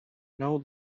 know